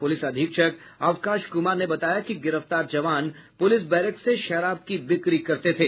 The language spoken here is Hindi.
पुलिस अधीक्षक अवकाश कुमार ने बताया कि गिरफ्तार जवान पुलिस बैरक से शराब की बिक्री करते थे